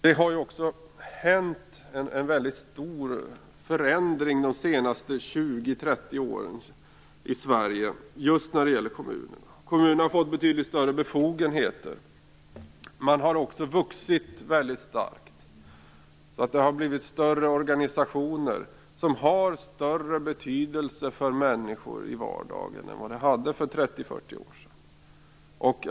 Det har också under de senaste 20-30 åren skett en mycket stor förändring när det gäller kommunerna i Sverige. De har fått betydligt större befogenheter. De har också vuxit mycket starkt. Det har blivit större organisationer som har större betydelse för människor i vardagen än de hade för 30-40 år sedan.